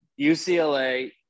ucla